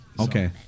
Okay